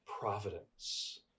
providence